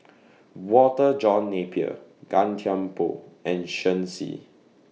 Walter John Napier Gan Thiam Poh and Shen Xi